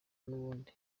nubundi